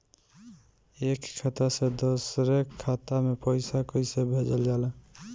एक खाता से दुसरे खाता मे पैसा कैसे भेजल जाला?